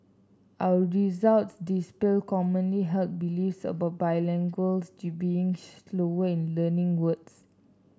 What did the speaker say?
our results dispel commonly held beliefs about bilinguals to being slower in learning words